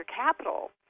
capital